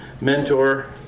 mentor